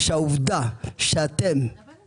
הצבעה ההסתייגות לא נתקבלה ההסתייגות לא התקבלה.